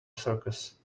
circus